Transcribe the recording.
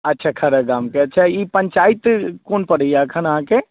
अच्छा खैरा गामके अच्छा ई पञ्चायत कोन पड़ैए अखन अहाँके